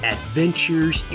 Adventures